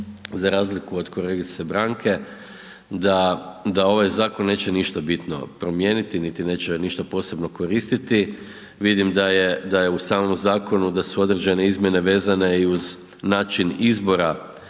za razliku od kolegice Branke da ovaj zakon neće ništa bitno promijeniti niti neće ništa posebno koristiti. Vidim da je u samom zakonu da su određene izmjene vezane i uz način izbora